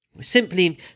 Simply